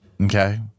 Okay